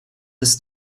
his